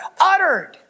uttered